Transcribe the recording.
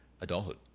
adulthood